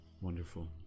Wonderful